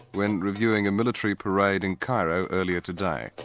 when reviewing a military parade in cairo earlier today.